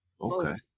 okay